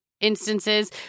Instances